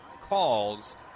calls